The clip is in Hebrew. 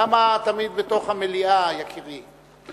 למה תמיד בתוך המליאה, יקירי?